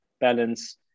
balance